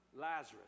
Lazarus